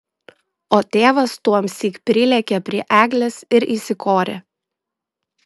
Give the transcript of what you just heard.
o tėvas tuomsyk prilėkė prie eglės ir įsikorė